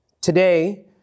Today